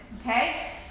okay